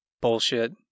Bullshit